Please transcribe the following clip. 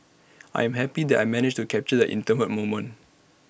I'm happy that I managed to capture the intimate moment